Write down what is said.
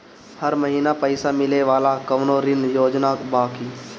हर महीना पइसा मिले वाला कवनो ऋण योजना बा की?